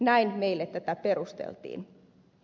näin meille tätä perusteltiin